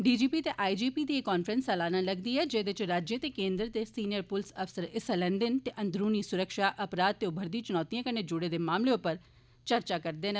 DGP ते IGP दी एह् कांफ्रैंस सालाना लगदी ऐ जेदे इच राज्ये ते केन्द्र दे सिनियर पुलस अफसर हिस्सा लैन्दे न ते अन्दरूनी सुरक्षा अपराघ ते उमरदी चुनौतिए कन्नै जुड़े दे मामलें उप्पर चर्चा करदे न